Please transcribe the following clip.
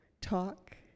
talk